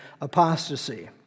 apostasy